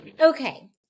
Okay